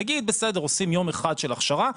נגיד, בסדר, עושים יום אחד של הכשרה.